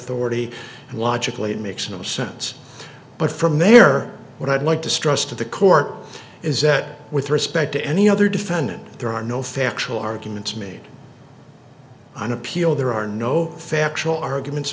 and logically it makes no sense but from there what i'd like to stress to the court is that with respect to any other defendant there are no factual arguments made on appeal there are no factual arguments